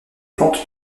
pentes